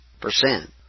percent